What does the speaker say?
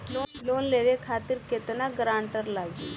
Loan लेवे खातिर केतना ग्रानटर लागी?